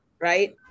right